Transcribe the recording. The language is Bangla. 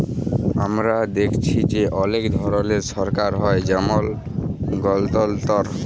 আমরা দ্যাখেচি যে অলেক ধরলের সরকার হ্যয় যেমল গলতলতর